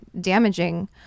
damaging